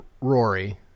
Rory